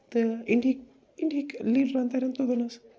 تہٕ انٛڈہِکۍ انڈِہِکۍ لیٖڈان تٔرِن توٚتنس